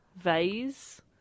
Vase